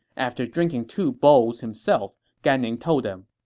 after drinking two bowls himself, gan ning told them,